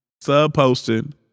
sub-posting